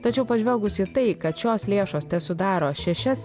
tačiau pažvelgus į tai kad šios lėšos tesudaro šešias